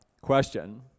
question